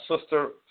sister